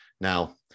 Now